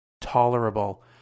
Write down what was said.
tolerable